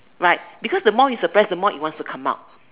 right because the more you suppress the more it wants to come out